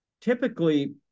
typically